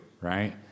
right